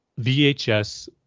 VHS